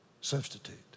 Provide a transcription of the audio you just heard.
substitute